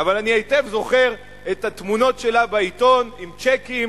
אבל אני היטב זוכר את התמונות שלה בעיתון עם צ'קים,